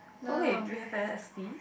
oh wait we have an